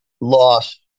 loss